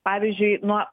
pavyzdžiui nuo